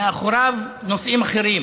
ומאחוריו נושאים אחרים: